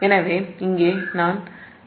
எனவே இங்கே நான் Va0 Z0Ia0 என்று எழுதுகிறேன்